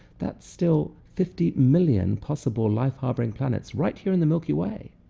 that's still fifty million possible life-harboring planets right here in the milky way.